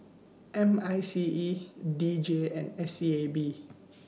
M I C E D J and S E A B